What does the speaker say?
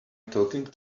talking